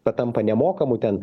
patampa nemokamu ten